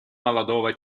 молодого